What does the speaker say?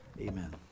Amen